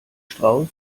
strauß